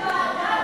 לא בזמן מליאה.